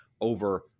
over